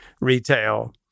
retail